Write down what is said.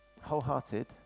wholehearted